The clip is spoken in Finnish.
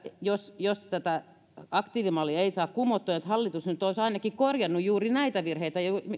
jos jos tätä aktiivimallia ei saada kumottua hallitus nyt olisi ainakin korjannut juuri näitä virheitä